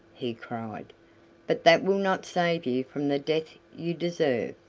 he cried but that will not save you from the death you deserve.